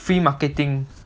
free marketing